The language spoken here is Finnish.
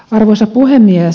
arvoisa puhemies